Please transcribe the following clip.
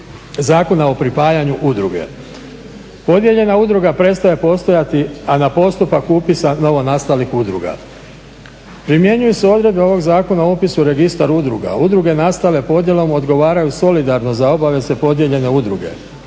Zakona o pripajanju udruge. Podijeljena udruga prestaje postojati, a na postupak upisa novonastalih udruga. Primjenjuju se odredbe ovog Zakona o upisu u registar udruga, udruge nastale podjelom odgovaraju solidarno za obaveze podijeljene udruge.